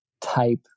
type